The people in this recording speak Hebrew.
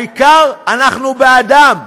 העיקר, אנחנו בעדם.